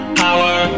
power